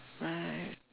right